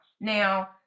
Now